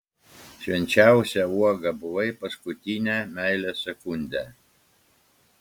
švenčiausia uoga buvai paskutinę meilės sekundę